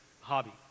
hobby